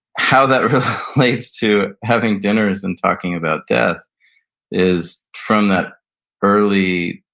how that relates to having dinners and talking about death is from that early,